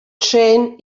trên